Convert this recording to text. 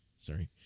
sorry